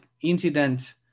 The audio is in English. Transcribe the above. incidents